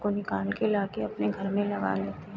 उसको निकाल कर ला कर अपने घर में लगा लेते हैं